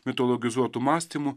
mitologizuotu mąstymu